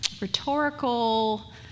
rhetorical